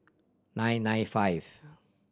nine nine five